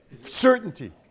Certainty